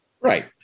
Right